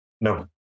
No